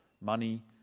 money